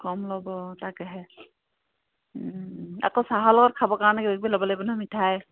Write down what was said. কম ল'ব অঁ তাকেহে আকৌ চাহৰ লগত খাবৰ কাৰণে কিবা কিবি ল'ব লাগিব নহয় মিঠাই